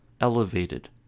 elevated